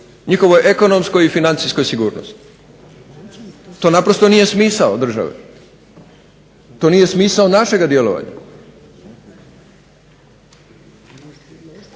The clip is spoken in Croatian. njihovoj ekonomskoj i financijskoj sigurnosti. To naprosto nije smisao države, to nije smisao našega djelovanja.